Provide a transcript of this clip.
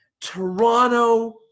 Toronto